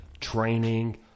training